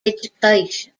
education